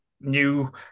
new